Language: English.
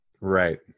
Right